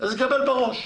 אז יקבל בראש.